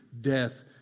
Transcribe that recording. death